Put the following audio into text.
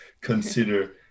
consider